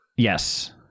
Yes